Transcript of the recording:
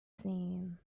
seen